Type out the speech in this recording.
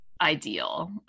ideal